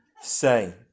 say